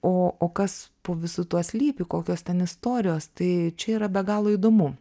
o o kas po visu tuo slypi kokios ten istorijos tai čia yra be galo įdomu